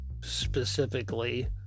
specifically